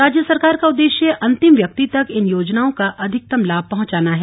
राज्य सरकार का उद्देश्य अंतिम व्यक्ति तक इन योजनाओं का अधिकतम लाभ पहुंचाना है